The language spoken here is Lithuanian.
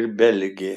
ir belgė